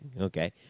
Okay